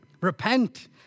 Repent